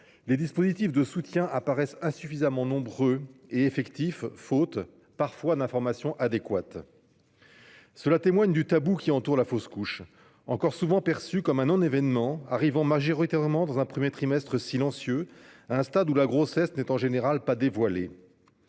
les dispositifs de soutien apparaissent insuffisamment nombreux et opérants, faute, parfois, d'information adéquate. Cela témoigne du tabou qui entoure la fausse couche, encore souvent perçue comme un non-événement, arrivant majoritairement dans un premier trimestre silencieux, à un stade où la grossesse n'est en général pas dévoilée.